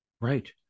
Right